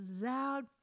loud